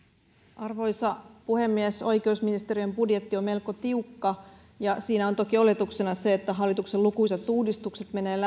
arvoisa puhemies oikeusministeriön budjetti on melko tiukka ja siinä on toki oletuksena se että hallituksen lukuisat uudistukset menevät